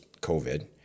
COVID